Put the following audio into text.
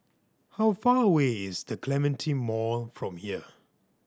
how far away is The Clementi Mall from here